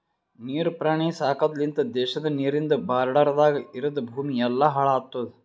ನೀರ್ ಪ್ರಾಣಿ ಸಾಕದ್ ಲಿಂತ್ ದೇಶದ ನೀರಿಂದ್ ಬಾರ್ಡರದಾಗ್ ಇರದ್ ಭೂಮಿ ಎಲ್ಲಾ ಹಾಳ್ ಆತುದ್